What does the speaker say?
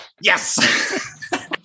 Yes